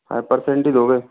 हाँ परसेंट ही दोगे